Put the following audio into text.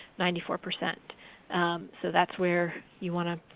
ninety four percent so that's where you want to